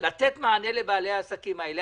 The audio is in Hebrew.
יש לתת מענה לבעלי העסקים האלה.